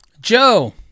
Joe